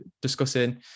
discussing